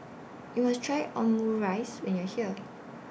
YOU must Try Omurice when YOU Are here